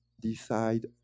decide